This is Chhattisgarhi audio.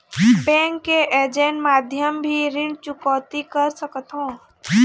बैंक के ऐजेंट माध्यम भी ऋण चुकौती कर सकथों?